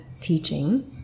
teaching